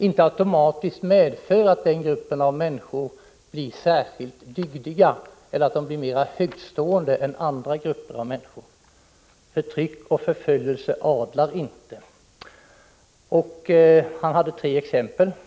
inte automatiskt medför att den gruppen av människor blir särskilt dygdig eller mera högtstående än andra grupper av människor. Förtryck och förföljelse adlar inte. Han hade tre exempel.